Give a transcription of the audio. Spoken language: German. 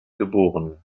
geboren